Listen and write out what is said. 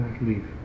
leave